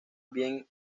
bien